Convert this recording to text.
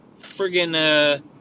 friggin